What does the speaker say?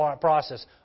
process